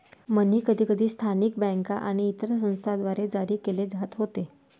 मनी कधीकधी स्थानिक बँका आणि इतर संस्थांद्वारे जारी केले जात होते